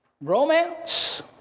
romance